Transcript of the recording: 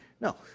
No